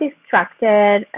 distracted